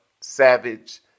Savage